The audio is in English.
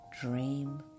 dream